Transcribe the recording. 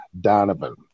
Donovan